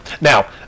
Now